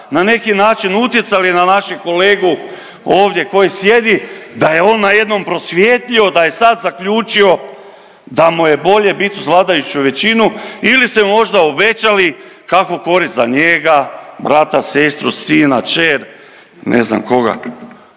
na neki način utjecali na našeg kolegu ovdje koji sjedi da je on na jednom prosvijetlio, da je sad zaključio da mu je bolje bit uz vladajuću većinu ili ste mu možda obećali kakvu korist za njega, brata, sestru, sina, kćer, ne znam koga?